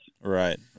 Right